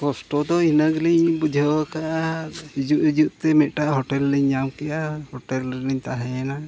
ᱠᱚᱥᱴᱚ ᱫᱚ ᱤᱱᱟᱹ ᱜᱮᱞᱤᱧ ᱵᱩᱡᱷᱟᱹᱣ ᱟᱠᱟᱫᱼᱟ ᱦᱤᱡᱩᱜᱼᱦᱤᱡᱩᱜᱛᱮ ᱢᱤᱫᱴᱟᱝ ᱞᱤᱧ ᱧᱟᱢ ᱠᱮᱫᱼᱟ ᱨᱮᱞᱤᱧ ᱛᱟᱦᱮᱸᱭᱮᱱᱟ